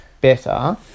better